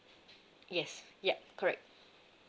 yes yup correct